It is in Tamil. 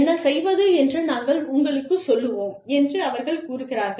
என்ன செய்வது என்று நாங்கள் உங்களுக்குச் சொல்வோம் என்று அவர்கள் கூறுகிறார்கள்